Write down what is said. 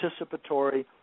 participatory